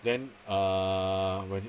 then uh wedding